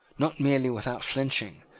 not merely without flinching,